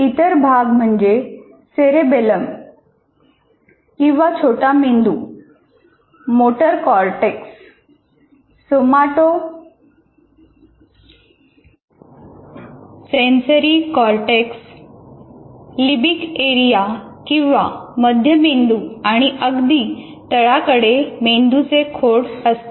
इतर भाग म्हणजे cerebellum motor cortex somatosensory cortex limbic area किंवा मध्य मेंदू आणि अगदी तळाकडे मेंदूचे खोड असते